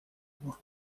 его